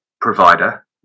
provider